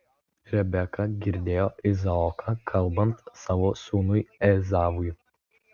rebeka girdėjo izaoką kalbant savo sūnui ezavui